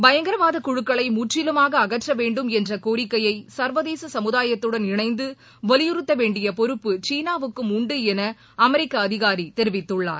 பயங்கரவாத குழுக்களை முற்றிலுமாக அகற்ற வேண்டும் என்ற கோரிக்கையை சா்வதேச சமுதாயத்துடன் இணைந்து வலியுறுத்த வேண்டிய பொறுப்பு சீனாவுக்கும் உண்டு என அமெரிக்க அதிகாரி தெரிவித்துள்ளார்